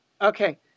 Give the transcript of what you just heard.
Okay